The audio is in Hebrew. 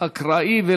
רועי פולקמן,